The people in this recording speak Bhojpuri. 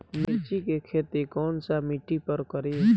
मिर्ची के खेती कौन सा मिट्टी पर करी?